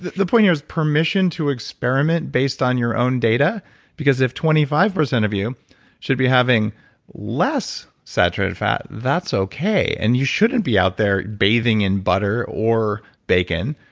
the point here is permission to experiment based on your own data because if twenty five percent of you should be having less saturated fat that's okay and you shouldn't be out there bathing in butter or bacon,